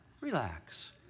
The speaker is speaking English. Relax